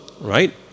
right